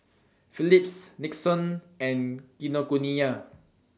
Phillips Nixon and Kinokuniya